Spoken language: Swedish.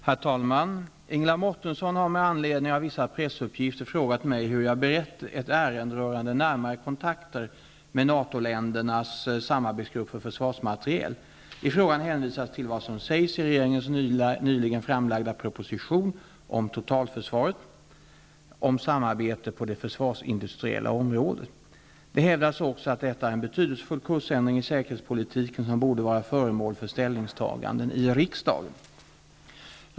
Herr talman! Ingela Mårtensson har med anledning av vissa pressuppgifter frågat mig hur jag har berett ett ärende rörande närmare kontakter med NATO-ländernas samarbetsgrupp för försvarsmateriel. I frågan hänvisas till vad som sägs i regeringens nyligen framlagda proposition om totalförsvaret om samarbete på det försvarsindustriella området. Det hävdas också att detta är en betydelsefull kursändring i säkerhetspolitiken som borde vara föremål för ställningstaganden i riksdagen.